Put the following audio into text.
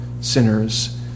sinners